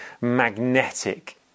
magnetic